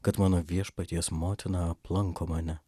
kad mano viešpaties motina aplanko mane